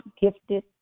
gifted